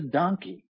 donkey